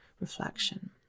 reflection